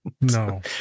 no